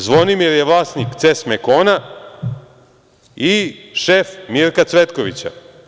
Zvonimir je vlasnik Ces Mekona i šef Mirka Cvetkovića.